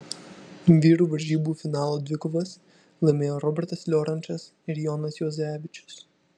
vyrų varžybų finalo dvikovas laimėjo robertas liorančas ir jonas juozevičius